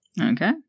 Okay